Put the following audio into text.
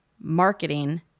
marketing